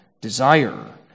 desire